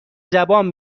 زبان